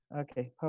okay